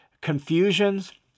confusions